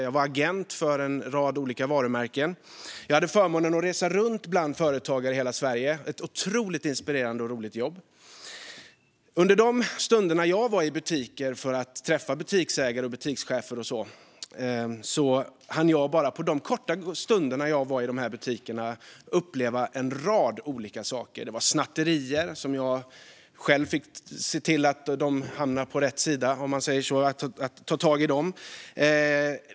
Jag var agent för en rad olika varumärken, och jag hade förmånen att resa runt bland företagare i hela Sverige. Det var ett otroligt inspirerande och roligt jobb. Under de stunder jag var i butiker för att träffa butiksägare och butikschefer hann jag på de korta stunderna uppleva en rad olika saker. Det var till exempel snatterier, och jag fick själv se till att de hamnade på rätt sida genom att ta tag i dem.